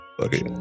Okay